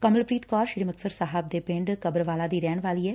ਕਮਲਪ੍ਰੀਤ ਕੌਰ ਸ੍ਰੀ ਮੁਕਤਸਰ ਸਾਹਿਬ ਦੇ ਪਿੰਡ ਕਬਰਵਾਲਾ ਦੀ ਰਹਿਣ ਵਾਲੀ ਐ